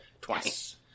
Twice